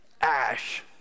Ash